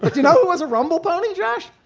but you know, there was a rumble pony drash.